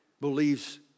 believes